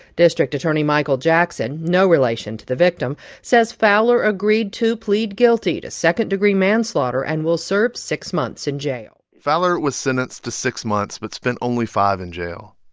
district attorney michael jackson, no relation to the victim, says fowler agreed to plead guilty to second-degree manslaughter and will serve six months in jail fowler was sentenced to six months, but spent only five in jail.